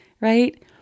right